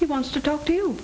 he wants to talk to you